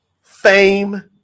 fame